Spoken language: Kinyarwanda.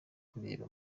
kurebera